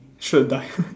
sure die [one]